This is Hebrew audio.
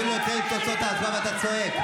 אני אפילו לא הקראתי את תוצאות ההצבעה ואתה צועק.